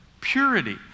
purity